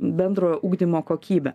bendrojo ugdymo kokybę